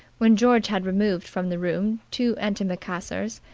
when george had removed from the room two antimacassars,